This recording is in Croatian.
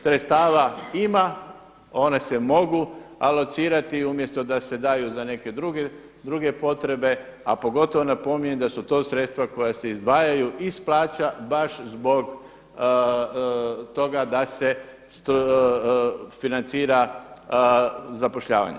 Sredstava ima, one se mogu alocirati i umjesto da se daju za neke druge potrebe a pogotovo napominjem da su to sredstva koja se izdvajaju iz plaća baš zbog toga da se financira zapošljavanje.